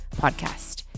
podcast